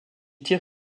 tire